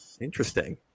Interesting